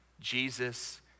Jesus